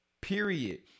period